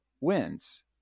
wins